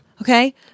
Okay